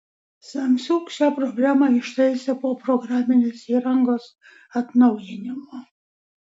samsung šią problemą ištaisė po programinės įrangos atnaujinimo